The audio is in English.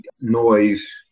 noise